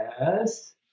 yes